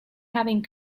having